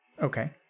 Okay